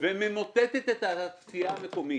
-- וממוטטת את התעשייה המקומית,